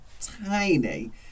tiny